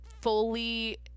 fully